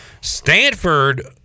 stanford